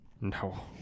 No